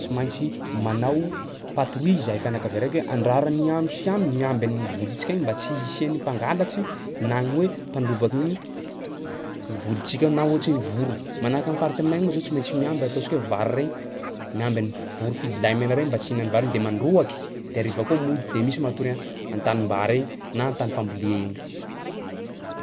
tsy maintsy manao patrouille zahay fianakavia araiky hoe andraran'i ano sy ano miamby an'ny volintsika eny mba tsy hisian'ny mpangalatsy na gny hoe mpandorobaky ny volintsika ao na ohatsy hoe voro, manahaka am'faritsy aminay agny moa zao tsy maintsy miamby ataontsika hoe vary regny, miamby an'ny voro fidilahimena regny mba tsy hihina ny vary de mandroaky de hariva koa mody de misy matory ei an-tanimbary egny na an-tany fambolea egny.